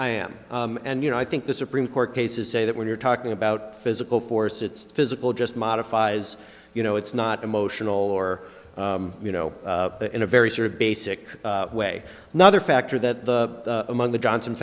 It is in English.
am and you know i think the supreme court cases say that when you're talking about physical force it's physical just modifies you know it's not emotional or you know in a very sort of basic way another factor that the among the johnson